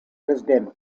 dresden